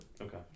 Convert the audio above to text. Okay